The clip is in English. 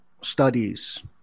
studies